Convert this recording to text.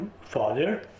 father